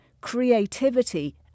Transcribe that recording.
creativity